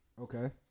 Okay